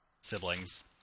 siblings